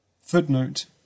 Footnote